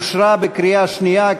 אושרה בקריאה שנייה,